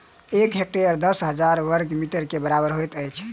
एक हेक्टेयर दस हजार बर्ग मीटर के बराबर होइत अछि